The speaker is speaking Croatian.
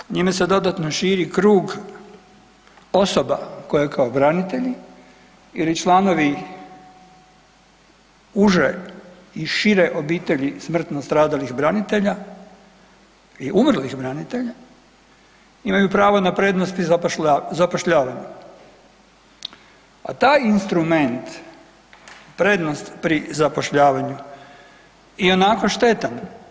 Čl. 30, njime se dodatno širi krug osoba koje kao branitelji ili članovi uže i šire obitelji smrtno stradalih branitelja ili umrlih branitelja imaju pravo na prednost pri zapošljavanju, a taj instrument, prednost pri zapošljavanju ionako štetan.